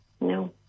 No